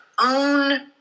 own